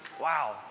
Wow